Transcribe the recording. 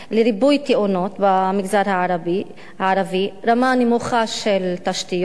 לריבוי תאונות במגזר הערבי: רמה נמוכה של תשתיות,